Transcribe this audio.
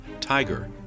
TIGER